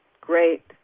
great